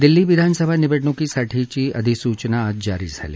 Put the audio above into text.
दिल्ली विधानसभा निवडणुकीसाठीची अधिसूचना आज जारी झाली